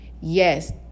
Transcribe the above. Yes